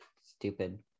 stupid